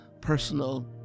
personal